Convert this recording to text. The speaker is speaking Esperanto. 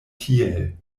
tiel